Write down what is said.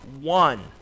one